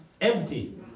empty